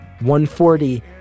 140